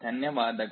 ಧನ್ಯವಾದಗಳು